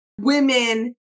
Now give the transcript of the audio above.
women